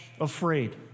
afraid